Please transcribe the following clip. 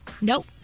Nope